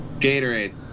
Gatorade